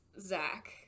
Zach